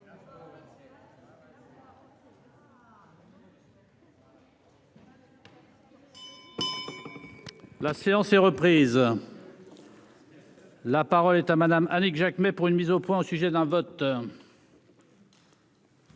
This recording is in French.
La séance est reprise. La parole est à madame Annick Jacquemet pour une mise au point au sujet d'un vote.